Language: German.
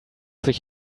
sich